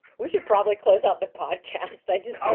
we should probably close out the podcast i just